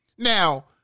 Now